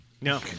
No